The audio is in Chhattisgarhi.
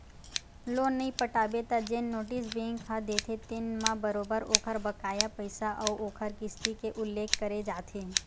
लोन नइ पटाबे त जेन नोटिस बेंक ह देथे तेन म बरोबर ओखर बकाया पइसा अउ ओखर किस्ती के उल्लेख करे जाथे